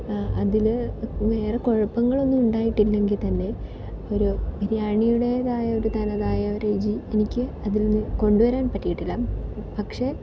അതിൽ വേറെ കുഴപ്പങ്ങളൊന്നും ഉണ്ടായിട്ടില്ലെങ്കിൽത്തന്നെ ഒരു ബിരിയാണിയുടേതായ ഒരു തനതായ രുചി എനിക്ക് അതിൽനിന്ന് കൊണ്ട് വരാൻ പറ്റിയിട്ടില്ല പക്ഷേ